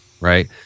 right